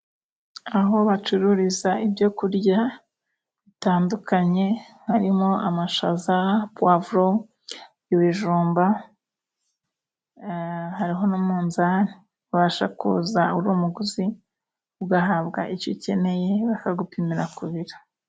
Aho bacururiza ibyokurya bitandukanye harimo amashaza, puwavuro, ibijumba, hariho n'umunzani ubasha kuza uri umuguzi ugahabwa icyo ukeneye, bakagupimira ku biro.